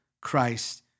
Christ